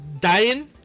dying